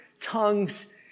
tongues